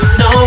no